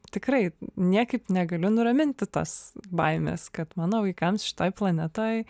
tikrai niekaip negaliu nuraminti tos baimės kad mano vaikams šitoj planetoj